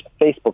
Facebook